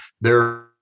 they're-